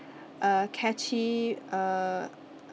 uh catchy uh